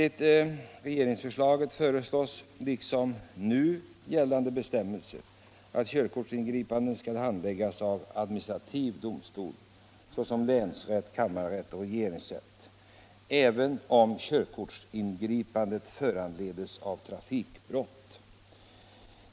I regeringspropositionen föresläs — och det stadgas också i nu gällande bestämmelser — att körkortsingripanden skall handläggas av administrativ domstol, dvs. länsrätt, kammarrätt och regeringsrätt, även om körkortsingripandet föranleds av trafikbrott.